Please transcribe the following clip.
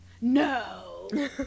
No